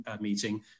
meeting